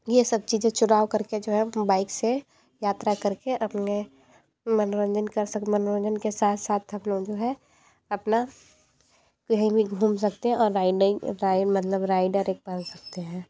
ये सब चीज़ें चुनाव करके जो है बाइक से से यात्रा करके अपने मनोरंजन कर मनोरंजन के साथ साथ अपना जो है अपना कहीं भी घूम सकते है और राइडिंग राइड मतलब राइडर एक बन सकते हैं